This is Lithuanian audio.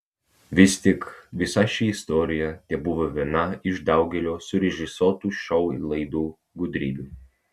vis tik visa ši istorija tebuvo viena iš daugelio surežisuotų šou laidų gudrybių